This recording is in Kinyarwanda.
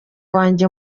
wanjye